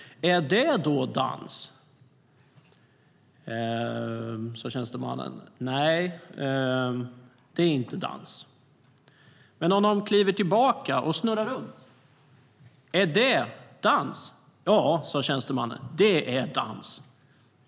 Är det då dans? Tjänstemannen svarade: Nej, det är inte dans. Krögaren frågade då: Men om de kliver tillbaka och snurrar runt - är det dans? Ja, sa tjänstemannen då. Det är dans.